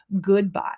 Goodbye